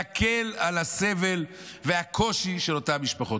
להקל את הסבל והקושי של אותן משפחות.